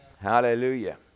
Hallelujah